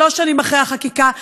שלוש שנים אחרי החקיקה,